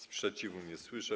Sprzeciwu nie słyszę.